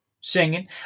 Singing